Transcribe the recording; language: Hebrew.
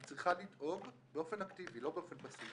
היא צריכה לדאוג, באופן אקטיבי ולא באופן פאסיבי,